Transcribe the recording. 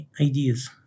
ideas